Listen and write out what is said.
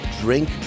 Drink